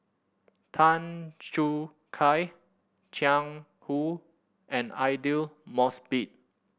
Tan Choo Kai Jiang Hu and Aidli Mosbit